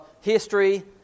history